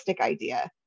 idea